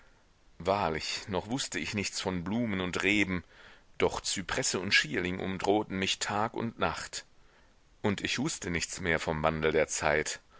wahrlich noch wußte ich nichts von blumen und reben doch zypresse und schierling umdrohten mich tag und nacht und ich wußte nichts mehr vom wandel der zeit